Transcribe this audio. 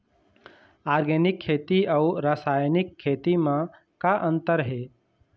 Organic खेती अउ रासायनिक खेती म का अंतर हे?